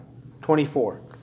24